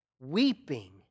weeping